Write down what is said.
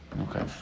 Okay